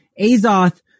Azoth